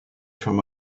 from